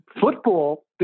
Football